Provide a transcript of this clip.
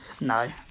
No